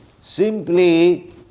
simply